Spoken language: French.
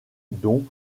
don